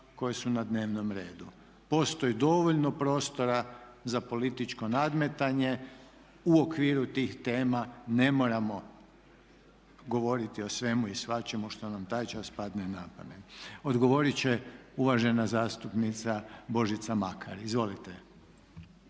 koje su na dnevnom redu. Postoji dovoljno prostora za političko nadmetanje u okviru tih tema, ne moramo govoriti o svemu i svačemu što nam taj čas padne na pamet. Odgovoriti će uvažena zastupnica Božica Makar. Izvolite.